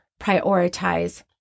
prioritize